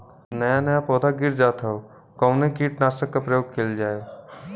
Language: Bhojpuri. नया नया पौधा गिर जात हव कवने कीट नाशक क प्रयोग कइल जाव?